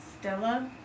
Stella